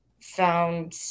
found